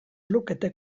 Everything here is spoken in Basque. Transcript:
lukete